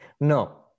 No